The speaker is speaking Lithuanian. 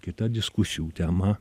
kita diskusijų tema